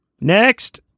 Next